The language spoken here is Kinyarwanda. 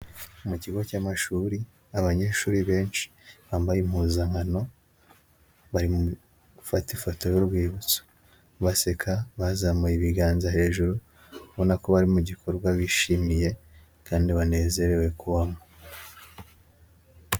Mu kigo cy'amashuri, abanyeshuri benshi bambaye impuzankano bari mu gufata ifoto y'urwibutso. Baseka, bazamuye ibiganza hejuru, ubona ko bari mu gikorwa bishimiye, kandi banezerewe kubamo.